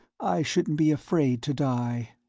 i shouldn't be afraid to die.